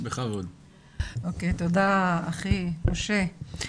תודה אחי, משה.